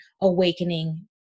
awakening